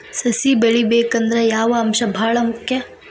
ಸಸಿ ಬೆಳಿಬೇಕಂದ್ರ ಯಾವ ಅಂಶ ಭಾಳ ಮುಖ್ಯ?